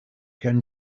can